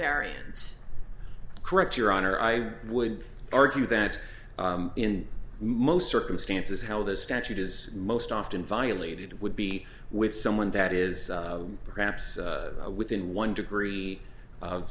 variance correct your honor i would argue that in most circumstances how the statute is most often violated would be with someone that is perhaps within one degree of